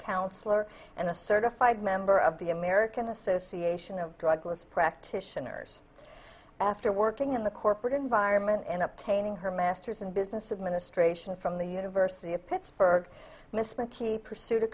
counsellor and a certified member of the american association of drugless practitioners after working in the corporate environment and up taining her master's in business administration from the university of pittsburgh misspent key pursued a